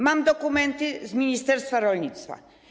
Mam dokumenty z ministerstwa rolnictwa.